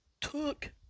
took